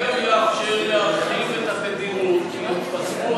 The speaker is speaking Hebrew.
זה גם יאפשר להגביר את התדירות,